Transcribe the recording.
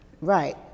Right